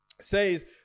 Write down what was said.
says